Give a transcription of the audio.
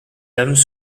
dames